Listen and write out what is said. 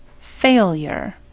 failure